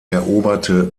eroberte